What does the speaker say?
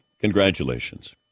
Congratulations